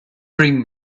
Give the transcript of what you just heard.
bring